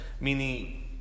meaning